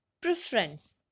preference